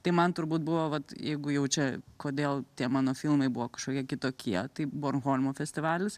tai man turbūt buvo vat jeigu jau čia kodėl tie mano filmai buvo kažkokie kitokie tai bornholmo festivalis